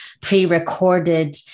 pre-recorded